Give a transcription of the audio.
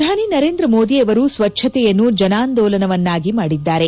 ಪ್ರಧಾನಿ ನರೇಂದ್ರ ಮೋದಿ ಅವರು ಸ್ವಚ್ವತೆಯನ್ನು ಜನ ಆಂದೋಲನವನ್ನಾಗಿ ಮಾಡಿದ್ದಾರೆ